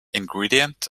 ingredient